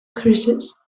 crisis